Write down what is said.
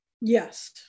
Yes